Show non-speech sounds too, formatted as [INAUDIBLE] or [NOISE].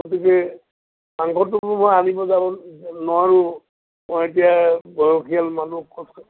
গতিকে মাংসটো মই আনিব যাব নোৱাৰোঁ মই এতিয়া বয়সীয়াল মানুহ [UNINTELLIGIBLE]